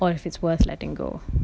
or if it's worth letting go